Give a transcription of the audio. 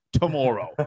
tomorrow